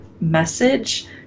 message